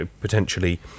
potentially